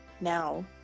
Now